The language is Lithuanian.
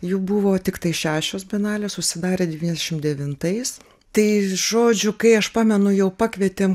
jų buvo tiktai šešios bienalės užsidarė devyniasdešim devintais tai žodžiu kai aš pamenu jau pakvietėm